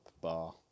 bar